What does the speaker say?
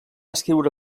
escriure